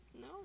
No